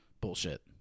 Bullshit